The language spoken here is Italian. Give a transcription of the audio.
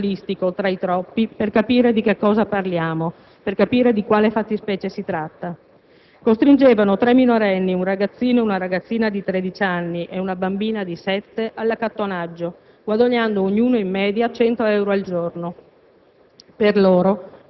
leggerò un caso giornalistico (tra i troppi) per capire di cosa parliamo, di quale fattispecie di tratta: «Costringevano tre minorenni, un ragazzino e una ragazzina di tredici anni e una bambina di sette, all'accattonaggio guadagnando ognuno in media 100 euro al giorno.